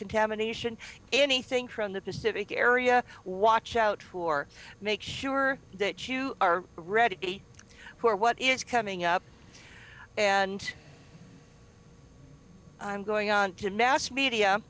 contamination anything from the pacific area watch out for make sure that you are ready who or what is coming up and i'm going on to nasa media